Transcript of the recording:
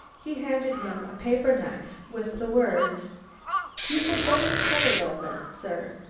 he handed him a paper-knife with the words you had better cut it open, sir.